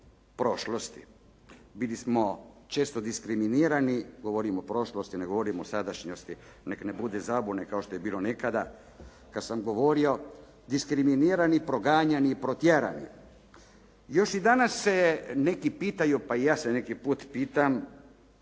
prošlosti. Bili smo često diskriminirani, govorim o prošlosti, ne govorim o sadašnjosti. Neka ne bude zabune kao što je bilo nekada kada sam govorio diskriminirani, proganjani, protjerani. Još i danas se neki pitaju, pa i ja se neki put pitam